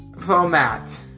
format